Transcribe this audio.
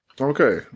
okay